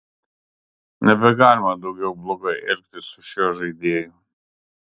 nebegalima daugiau blogai elgtis su šiuo žaidėju